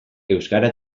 euskara